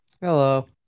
Hello